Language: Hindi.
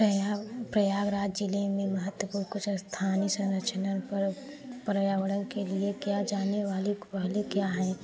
प्रयागराज ज़िले में महत्वपूर्ण कुछ स्थानी संरचना पर पर्यावरण के लिए किया जाने वाली कोहली क्या है